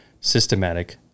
systematic